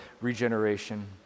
regeneration